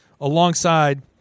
alongside